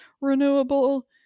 renewable